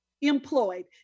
employed